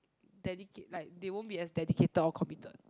dedicate like they won't be as dedicated or committed